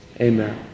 amen